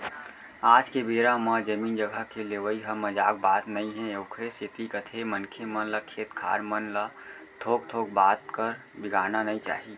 आज के बेरा म जमीन जघा के लेवई ह मजाक बात नई हे ओखरे सेती कथें मनखे मन ल खेत खार मन ल थोक थोक बात बर बिगाड़ना नइ चाही